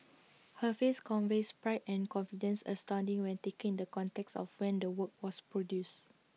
her face conveys pride and confidence astounding when taken in the context of when the work was produced